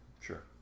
sure